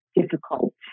difficult